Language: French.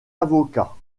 avocat